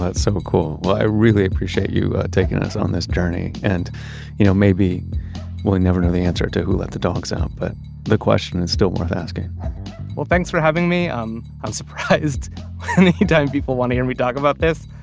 so cool. well, i really appreciate you taking us on this journey. and you know maybe we'll never know the answer to who let the dogs out, but the question is still worth asking well, thanks for having me. um i'm surprised any time people want to hear me talk about this.